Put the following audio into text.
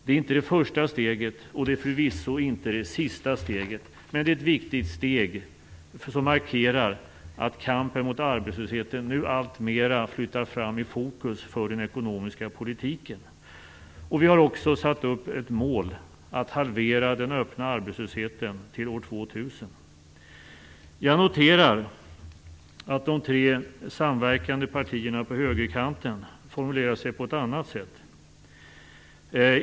Det är inte det första steget, och det är förvisso inte det sista, men det är ett viktigt steg som markerar att kampen mot arbetslösheten nu alltmer flyttar fram i fokus för den ekonomiska politiken. Vi har också satt upp ett mål att halvera den öppna arbetslösheten till år 2000. Jag noterar att de tre samverkande partierna på högerkanten formulerar sig på ett annat sätt.